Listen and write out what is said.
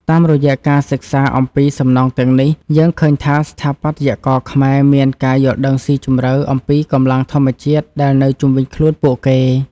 តាមរយៈការសិក្សាអំពីសំណង់ទាំងនេះ យើងឃើញថាស្ថាបត្យករខ្មែរមានការយល់ដឹងស៊ីជម្រៅអំពីកម្លាំងធម្មជាតិដែលនៅជុំវិញខ្លួនពួកគេ។